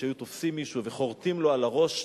שהיו תופסים מישהו וחורטים לו על הראש,